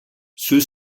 ceux